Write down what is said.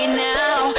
now